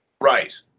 right